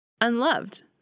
unloved